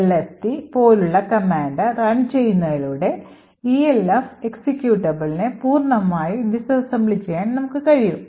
lst പോലുള്ള command run ചെയ്യുന്നതിലൂടെ ELF എക്സിക്യൂട്ടബിളിനെ പൂർണ്ണമായി disassembly ചെയ്യാൻ നമുക്ക് കഴിയും